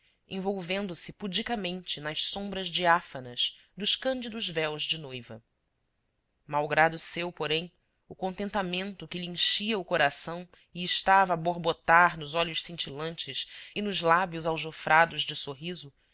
envolvendo-se pudicamente nas sombras diáfanas dos cândidos véus de noiva mau grado seu porém o contentamento que lhe enchia o coração e estava a borbotar nos olhos cintilantes e nos lábios aljofrados de sorriso